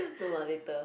no lah later